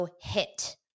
hit